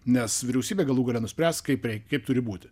nes vyriausybė galų gale nuspręs kaip reik kaip turi būti